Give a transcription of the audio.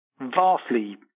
vastly